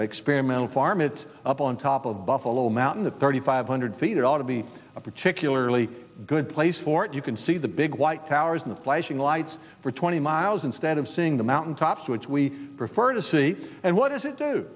experimental farm it up on top of buffalo mountain at thirty five hundred feet it ought to be a particularly good place for it you can see the big white towers in the flashing lights for twenty miles instead of seeing the mountain tops which we prefer to see and what does it do